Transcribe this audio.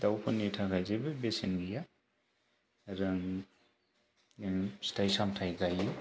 दाउफोरनि थाखाय जेबो बेसेन गैया आरो आं आं फिथाइ सामथाइ गायो